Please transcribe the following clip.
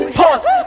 pause